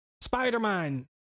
Spider-Man